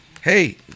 hey